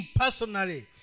personally